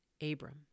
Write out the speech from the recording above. Abram